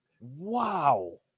wow